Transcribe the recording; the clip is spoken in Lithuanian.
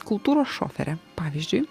kultūros šofere pavyzdžiui